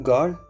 God